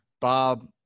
Bob